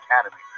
Academy